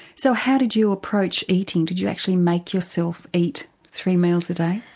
so how did you approach eating, did you actually make yourself eat three meals a day?